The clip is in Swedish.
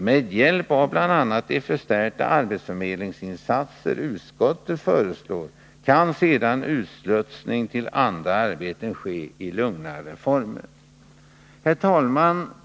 Med hjälp av bl.a. de förstärkta arbetsförmedlingsinsatser utskottet föreslår kan sedan utslussningen till andra arbeten ske i lugnare former. Herr talman!